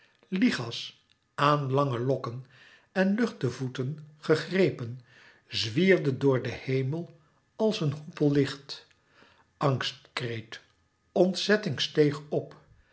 lichas aan lange lokken en luchte voeten gegrepen zwierde door den hemel als een hoepellicht angstkreet ontzetting steeg op